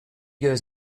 goes